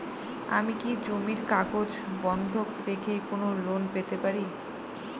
আমি কি জমির কাগজ বন্ধক রেখে লোন পেতে পারি?